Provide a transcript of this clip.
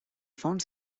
fons